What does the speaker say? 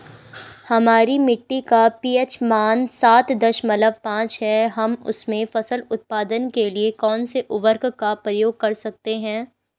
हमारी मिट्टी का पी.एच मान सात दशमलव पांच है हम इसमें फसल उत्पादन के लिए कौन से उर्वरक का प्रयोग कर सकते हैं?